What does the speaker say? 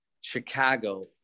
Chicago